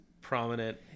prominent